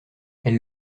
elle